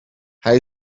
hij